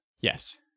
Yes